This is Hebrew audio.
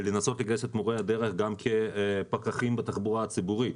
כדי לנסות לגייס את מורי הדרך גם כפקחים בתחבורה הציבורית,